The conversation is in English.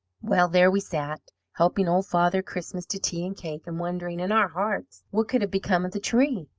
well, there we sat, helping old father christmas to tea and cake, and wondering in our hearts what could have become of the tree.